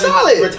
Solid